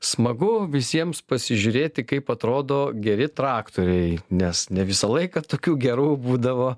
smagu visiems pasižiūrėti kaip atrodo geri traktoriai nes ne visą laiką tokių gerų būdavo